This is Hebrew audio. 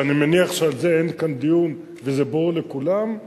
ואני מניח שעל זה אין כאן דיון וזה ברור לכולם,